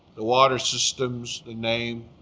the water systems, the name,